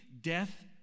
death